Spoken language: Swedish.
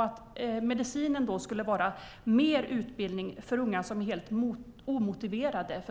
Att medicinen då skulle vara mer utbildning för unga som är helt omotiverade